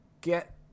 get